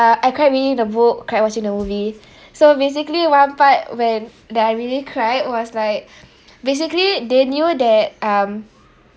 uh I cried reading the book cried watching the movies so basically one part when that I really cried was like basically they knew that um